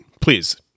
please